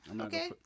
Okay